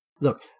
Look